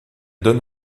donne